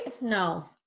No